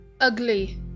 ugly